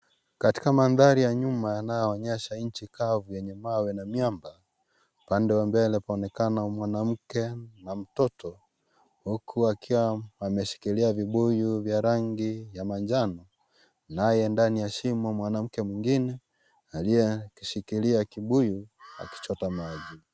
Katika mandhari ya nyuma inaonyesha nchi kavu yenye mawe na miamba. Upande wa mbele paonekana mwanamke na mtoto huku akiwa ameshikilia vibuyu vya rangi ya manjano naye ndani ya shimo mwanamke mwingine aliyekishikilia kibuyu akichota,